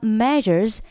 measures